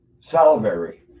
Salivary